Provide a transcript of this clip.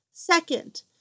Second